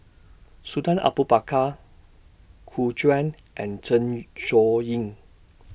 Sultan Abu Bakar Gu Juan and Zeng Shouyin